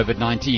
COVID-19